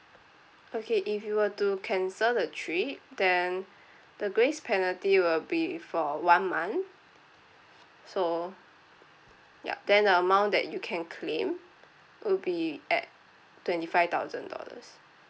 okay if you were to cancel the trip then the grace penalty will be for one month so yup then the amount that you can claim will be at twenty five thousand dollars